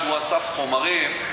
שהוא אסף חומרים,